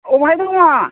बबेहाय दङ